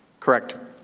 correct.